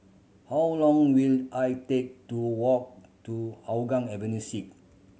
how long will I take to walk to Hougang Avenue Six